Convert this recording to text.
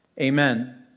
Amen